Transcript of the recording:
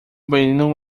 menino